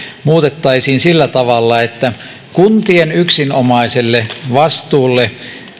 muutettaisiin sillä tavalla että kuntien yksinomaiselle vastuulle